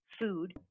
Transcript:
food